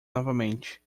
novamente